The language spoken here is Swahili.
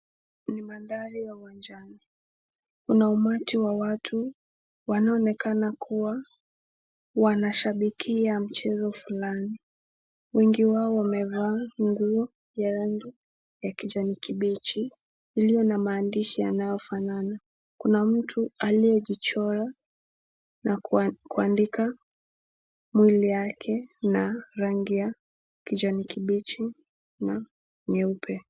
Ni mandhari ya uwanjani, kuna umati wa watu wanaonekana kuwa wanashabikia mchezo fulani wengi wao wamevaa nguo ya rangi ya kijani kibichi iliyo na maandishi yanayofanana, kuna mtu aliyejichora na kuandika mwili yake na rangi ya kijani kibichi na nyeupe.